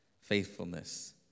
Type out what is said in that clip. faithfulness